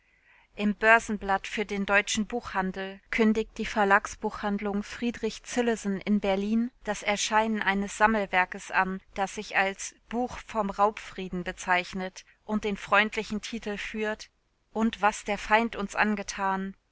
im börsenblatt für den deutschen buchhandel kündigt die verlagsbuchhandlung fr zillessen in berlin das erscheinen eines sammelwerkes an das sich als buch vom raubfrieden bezeichnet und den freundlichen titel führt und was der feind uns angetan